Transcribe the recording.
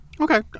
Okay